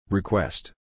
Request